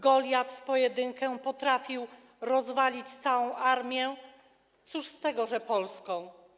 Goliat w pojedynkę potrafił rozwalić całą armię, cóż z tego, że polską.